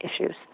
issues